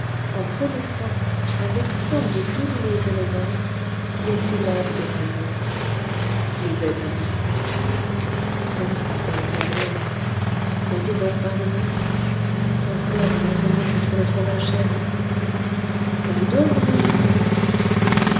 en prononçant avec tant de douloureuse élégance les syllabes de mon nom les ailes d'un moustique comme sa voix est bienveillante m'a-t-il donc pardonné son corps alla cogner contre le tronc d'un chêne